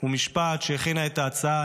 ומשפט שהכינה את ההצעה,